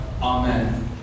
Amen